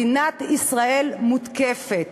מדינת ישראל מותקפת.